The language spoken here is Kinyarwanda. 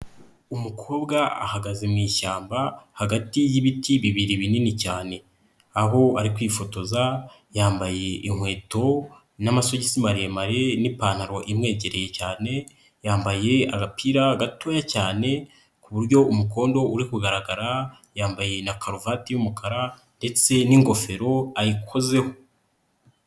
Umukobwa ahagaze mu ishyamba hagati y'ibiti bibiri binini cyane, aho ari kwifotoza yambaye inkweto n'amasogisi maremare n'ipantaro imwegereye cyane, yambaye agapira gatoya cyane ku buryo umukondo uri kugaragara, yambaye na karuvati y'umukara ndetse n'ingofero ayikozeho.